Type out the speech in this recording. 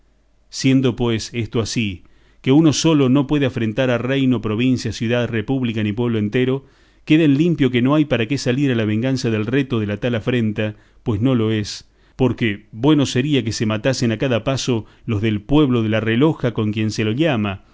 siendo pues esto así que uno solo no puede afrentar a reino provincia ciudad república ni pueblo entero queda en limpio que no hay para qué salir a la venganza del reto de la tal afrenta pues no lo es porque bueno sería que se matasen a cada paso los del pueblo de la reloja con quien se lo llama